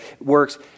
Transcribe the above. works